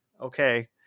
okay